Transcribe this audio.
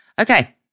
Okay